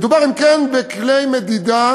מדובר, אם כן, בכלי מדידה